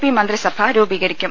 P മന്ത്രിസഭ രൂപീകരിക്കും